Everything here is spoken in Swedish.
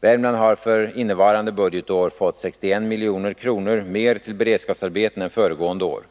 Värmland har för innevarande budgetår fått 61 milj.kr. mer till beredskapsarbeten än föregående år.